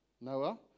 Noah